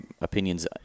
opinions